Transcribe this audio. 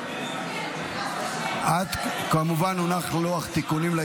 מירב כהן, אלעזר שטרן, מיקי לוי,